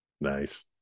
Nice